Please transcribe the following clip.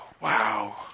wow